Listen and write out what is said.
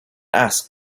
asked